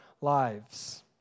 lives